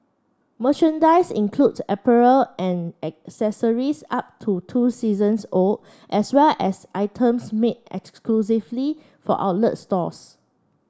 merchandise includes apparel and accessories up to two seasons old as well as items made exclusively for outlets stores